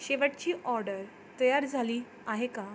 शेवटची ऑडर तयार झाली आहे का